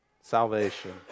salvation